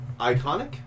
iconic